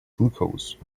glucose